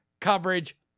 coverage